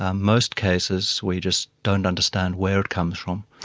ah most cases we just don't understand where it comes from.